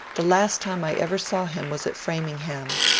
the last time i ever saw him was at framingham,